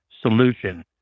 solution